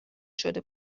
شده